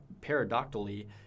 Paradoxically